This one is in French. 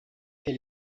elle